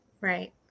Right